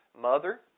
mother